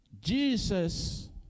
Jesus